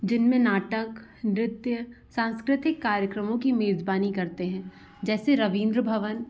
जिनमें नाटक नृत्य सांस्कृतिक कार्यक्रमों की मेज़बानी करते हैं जैसे रवींद्र भवन